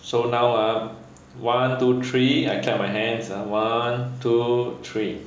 so now ah one two three I clap my hands ah one two three